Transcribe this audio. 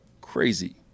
crazy